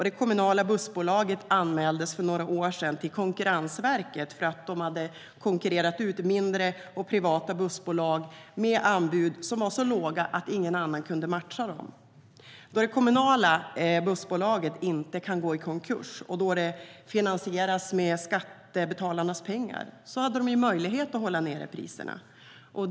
Det kommunala bussbolaget där anmäldes för några år sedan till Konkurrensverket för att det hade konkurrerat ut mindre, privata bussbolag med anbud som var så låga att ingen annan kunde matcha dem. Då det kommunala bussbolaget inte kan gå i konkurs och då det finansieras med skattebetalarnas pengar har det möjlighet att hålla nere priserna.